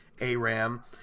Aram